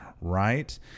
Right